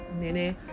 nene